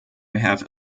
have